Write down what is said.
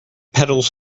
petals